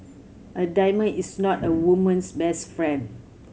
a diamond is not a woman's best friend